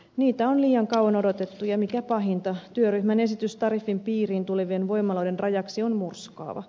niitä on liian kauan odotettu ja mikä pahinta työryhmän esitys tariffin piiriin tulevien voimaloiden rajaksi on murskaava